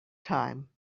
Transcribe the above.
time